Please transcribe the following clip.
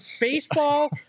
baseball